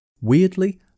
weirdly